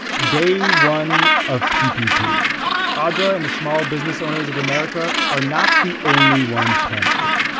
day one of ppp audra and the small-business owners of america are not the only ones panicking.